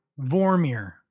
Vormir